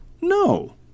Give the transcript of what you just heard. no